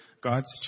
God's